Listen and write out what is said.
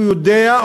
הוא יודע,